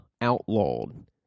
outlawed